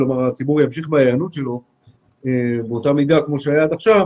הציבור ימשיך בהיענות שלו באותה מידה שקורית עד עכשיו,